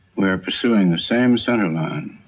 we're pursuing the same center line